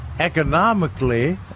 Economically